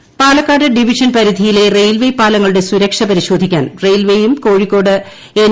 ധാരണാപത്രം പാലക്കാട് ഡിവിഷൻ പരിധിയിലെ റയിൽവേ പാലങ്ങളുടെ സുരക്ഷ പരിശോധിക്കാൻ റയിൽവേയും കോഴിക്കോട് എൻ